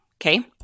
okay